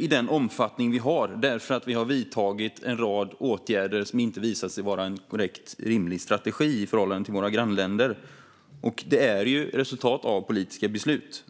i den omfattning vi har för att vi har vidtagit en rad åtgärder som inte har visat sig vara en korrekt och rimlig strategi i förhållande till våra grannländer. Det är resultat av politiska beslut.